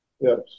Yes